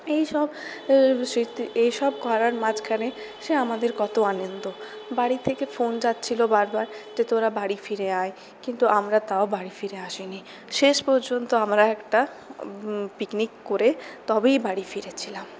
এইসব এইসব করার মাঝখানে সে আমাদের কত আনন্দ বাড়ি থেকে ফোন যাচ্ছিল বার বার যে তোরা বাড়ি ফিরে আয় কিন্তু আমরা তাও বাড়ি ফিরে আসিনি শেষ পর্যন্ত আমরা একটা পিকনিক করে তবেই বাড়ি ফিরেছিলাম